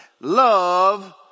Love